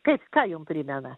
kaip ką jum primena